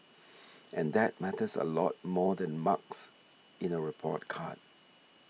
and that matters a lot more than marks in a report card